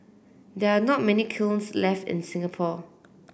there are not many kilns left in Singapore